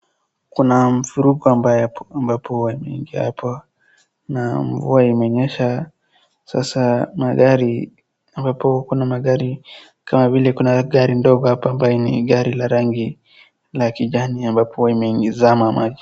Kuna mafuriko ambapo imeingia hapo na mvua imenyesha. Sasa magari ambapo kuna magari kama vile kuna gari ndogo hapa ambayo ni gari la rangi la kijani ambapo imezama maji.